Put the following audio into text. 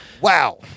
Wow